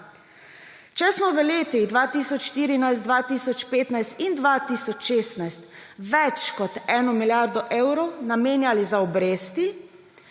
Če smo v letih 2014, 2015 in 2016 več kot 1 milijardo evrov namenjali za obresti,